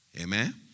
Amen